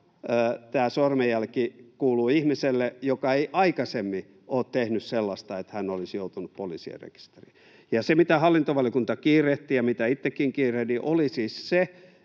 tämä sormenjälki kuuluu ihmiselle, joka ei aikaisemmin ole tehnyt sellaista, että hän olisi joutunut poliisin rekisteriin. Se, mitä hallintovaliokunta kiirehtii ja mitä itsekin kiirehdin, on siis se,